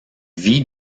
vit